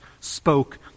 spoke